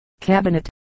cabinet